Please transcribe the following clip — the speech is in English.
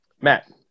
Matt